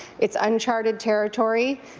its uncharted territory.